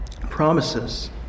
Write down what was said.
promises